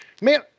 man